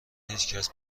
هیچکس